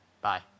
Bye